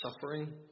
suffering